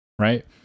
right